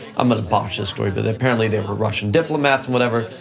i'm gonna botch this story, but they apparently they were russian diplomats and whatever,